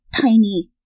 tiny